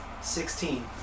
Sixteen